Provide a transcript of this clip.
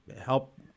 help